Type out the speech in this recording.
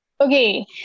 Okay